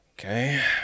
okay